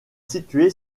situé